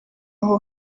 aho